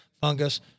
fungus